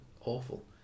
awful